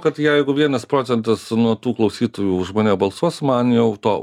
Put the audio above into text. kad jeigu vienas procentas nuo tų klausytojų už mane balsuos man jau to